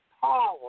power